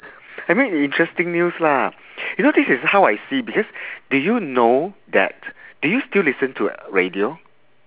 I mean interesting news lah you know this is how I see because do you know that do you still listen to radio